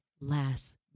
last